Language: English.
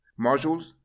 modules